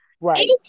Right